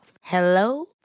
Hello